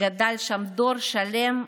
גדל שם דור שלם,